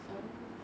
oh